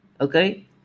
Okay